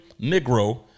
Negro